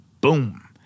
boom